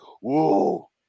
whoa